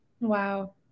Wow